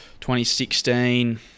2016